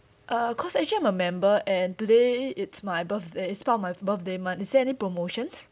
uh cause actually I'm a member and today it's my birthday is part of my birthday month is there any promotions